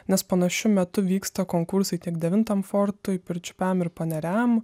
nes panašiu metu vyksta konkursai tiek devintam fortui pirčiupiam ir paneriam